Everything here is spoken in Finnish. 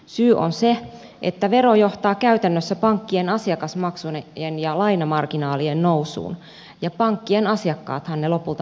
syy on se että vero johtaa käytännössä pankkien asiakasmaksujen ja lainamarginaalien nousuun ja pankkien asiakkaathan ne lopulta maksavat